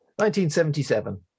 1977